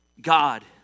God